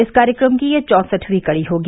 इस कार्यक्रम की यह चौसठवीं कड़ी होगी